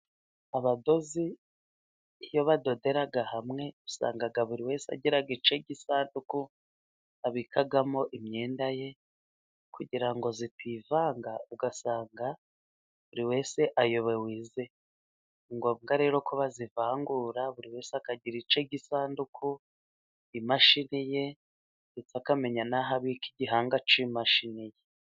Abadozi iyo badodera hamwe usanga buri wese agira icye gisanduku abikamo imyenda ye, kugira ngo itivanga ugasanga buri wese se ayobewe iye .Ni ngombwa rero ko bayivangura buri wese akagira icye gisanduku ,imashini ye, ndetse akamenya n'aho abika igihanga cy'imashini ye.